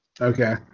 Okay